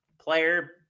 player